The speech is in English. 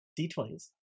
d20s